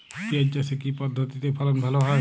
পিঁয়াজ চাষে কি পদ্ধতিতে ফলন ভালো হয়?